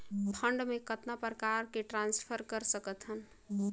Fund मे कतना प्रकार से ट्रांसफर कर सकत हन?